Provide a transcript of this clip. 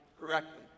correctly